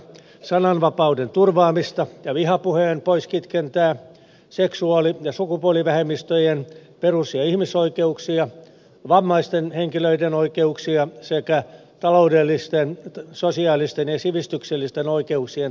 sananvapauden turvaamista ja vihapuheen poiskitkentää seksuaali ja sukupuolivähemmistöjen perus ja ihmisoikeuksia vammaisten henkilöiden oikeuksia sekä taloudellisten sosiaalisten ja sivistyksellisten oikeuksien täytäntöönpanoa